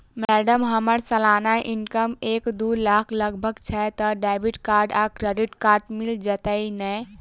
Madam हम्मर सलाना income एक दु लाख लगभग छैय तऽ डेबिट कार्ड आ क्रेडिट कार्ड मिल जतैई नै?